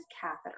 catheter